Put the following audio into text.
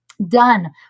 done